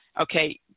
okay